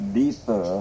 deeper